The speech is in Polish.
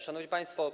Szanowni Państwo!